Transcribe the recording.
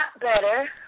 better